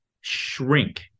shrink